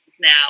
now